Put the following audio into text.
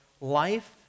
Life